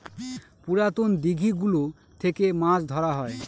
পুরাতন দিঘি গুলো থেকে মাছ ধরা হয়